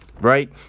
Right